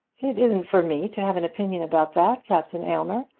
it isn't for me to have an opinion about that, captain aylmer.